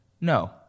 No